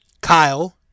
Kyle